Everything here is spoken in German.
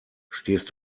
stehst